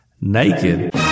Naked